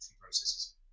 processes